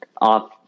off